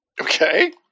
Okay